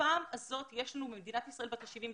בפעם הזאת יש לנו במדינת ישראל בת ה-72,